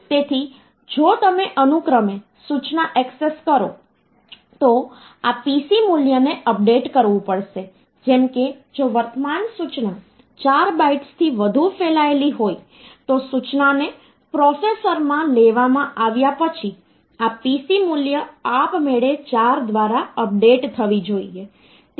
તેથી જો તમે અનુક્રમે સૂચનાને ઍક્સેસ કરો તો આ PC મૂલ્યને અપડેટ કરવું પડશે જેમ કે જો વર્તમાન સૂચના 4 બાઈટ્સથી વધુ ફેલાયેલી હોય તો સૂચનાને પ્રોસેસરમાં લેવામાં આવ્યા પછી આ PC મૂલ્ય આપમેળે 4 દ્વારા અપડેટ થવી જોઈએ